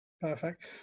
Perfect